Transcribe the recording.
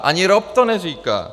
Ani ROP to neříká!